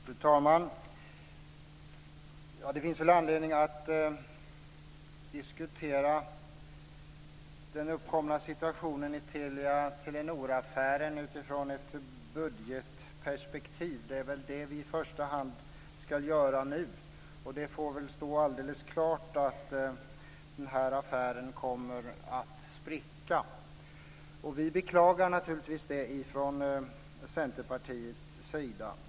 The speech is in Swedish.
Fru talman! Det finns väl anledning att diskutera den uppkomna situationen i Telia-Telenor-affären utifrån ett budgetperspektiv. Det är väl det vi i första hand ska göra nu. Det får väl stå alldeles klart att den här affären kommer att spricka. Vi beklagar naturligtvis det från Centerpartiets sida.